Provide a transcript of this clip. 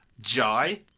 Jai